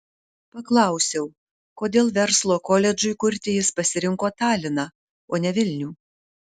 paklausiau kodėl verslo koledžui kurti jis pasirinko taliną o ne vilnių